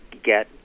get